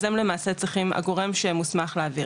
הם למעשה צריכים, הם הגורם שמוסמך להעביר.